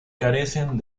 carecen